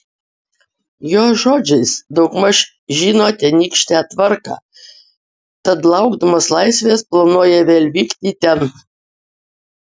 jo žodžiais daugmaž žino tenykštę tvarką tad laukdamas laisvės planuoja vėl vykti ten